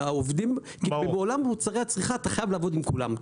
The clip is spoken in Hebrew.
כי בעולם מוצרי הצריכה אתה חייב לעבוד עם כולם.